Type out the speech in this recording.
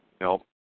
No